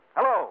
Hello